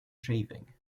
shaving